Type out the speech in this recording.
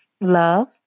love